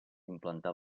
implantar